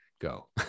go